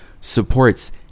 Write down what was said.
supports